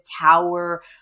tower